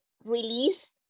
Release